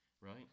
right